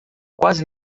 quase